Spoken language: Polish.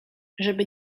żeby